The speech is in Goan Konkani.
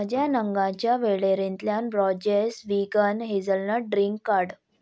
म्हज्या नगांच्या वळेरेंतल्यान ब्रॉजेस व्हीगन हेझलनट ड्रिंक काड